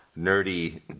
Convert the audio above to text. nerdy